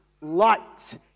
light